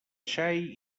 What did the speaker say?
xai